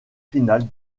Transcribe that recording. final